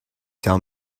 tell